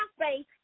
faith